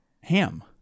Ham